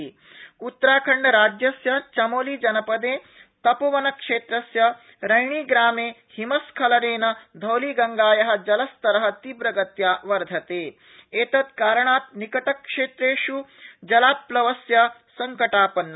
उत्तराखण्ड हिमस्खनम् उत्तराखंडराज्यस्य चमोलि जनपदे तपोवनक्षेत्रस्य रैणीप्रामे हिमस्खलनेन धौलीगंगाया जलस्तर तीव्रगत्या वर्धते एतत्कारणात् निकटक्षेत्रेष् जलाप्लावस्य संकटापन्न